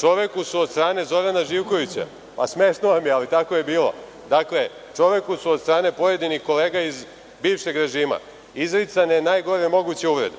čoveku su od strane Zorana Živkovića, možda vam je smešno, ali tako je bilo. Dakle, čoveku su od strane pojedinih kolega iz bivšeg režima izricane najgore moguće uvrede.